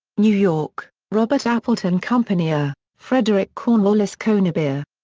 new york robert appleton company. ah frederick cornwallis conybeare.